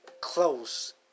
Close